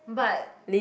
but